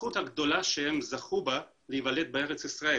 הזכות הגדולה שהם זכו בה להיוולד בארץ ישראל